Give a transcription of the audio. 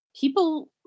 People